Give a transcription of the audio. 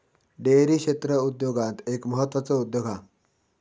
dairy क्षेत्र उद्योगांत एक म्हत्त्वाचो उद्योग हा